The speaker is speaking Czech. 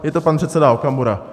Je to pan předseda Okamura.